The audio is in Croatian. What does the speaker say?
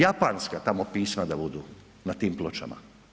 Japanska tamo pisma da budu na tim pločama?